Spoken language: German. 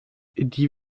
die